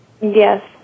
Yes